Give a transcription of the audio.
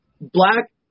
black